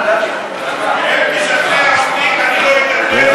אם תשכנע אותי אולי אני לא אדבר בהצעה הזאת.